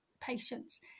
patients